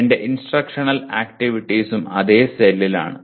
എന്റെ ഇൻസ്ട്രക്ഷണൽ ആക്ടിവിറ്റീസും അതേ സെല്ലിലാണ്